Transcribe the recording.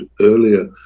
earlier